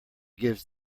gives